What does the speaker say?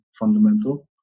fundamental